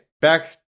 Back